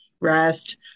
rest